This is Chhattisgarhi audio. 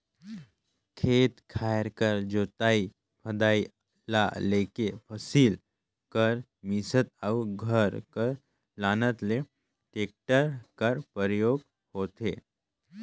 खेत खाएर कर जोतई फदई ल लेके फसिल कर मिसात अउ घर कर लानत ले टेक्टर कर परियोग होथे